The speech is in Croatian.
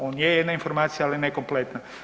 On je jedna informacija ali ne kompletna.